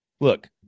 Look